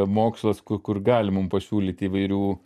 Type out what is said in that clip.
mokslas ku kur gali mum pasiūlyti įvairių